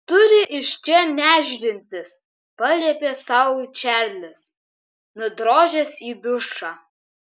turi iš čia nešdintis paliepė sau čarlis nudrožęs į dušą